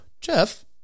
Jeff